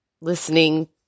listening